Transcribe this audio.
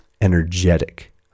energetic